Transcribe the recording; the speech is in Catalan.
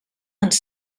ens